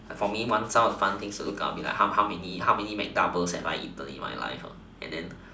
for me one of the fun things to look up is how how many how many mac doubles have I eaten in my life lah and then